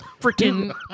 freaking